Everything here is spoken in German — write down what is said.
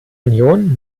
union